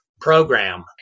program